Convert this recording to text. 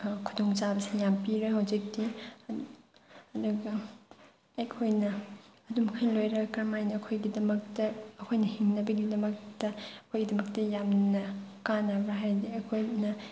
ꯈꯨꯗꯣꯡ ꯆꯥꯕꯁꯦ ꯌꯥꯝ ꯄꯤꯔꯦ ꯍꯧꯖꯤꯛꯇꯤ ꯑꯗꯨꯒ ꯑꯩꯈꯣꯏꯅ ꯑꯗꯨꯝ ꯑꯩꯈꯣꯏꯅ ꯂꯣꯏꯔꯒ ꯀꯔꯝ ꯍꯥꯏꯅ ꯑꯩꯈꯣꯏꯒꯤꯗꯃꯛꯇ ꯑꯩꯈꯣꯏꯅ ꯍꯤꯡꯅꯕꯒꯤꯗꯃꯛꯇ ꯑꯩꯈꯣꯏꯗꯃꯛꯇ ꯌꯥꯝꯅ ꯀꯥꯟꯅꯕ꯭ꯔꯥ ꯍꯥꯏꯔꯗꯤ ꯑꯩꯈꯣꯏꯅ